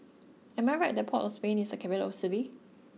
am I right that Port of Spain is a capital city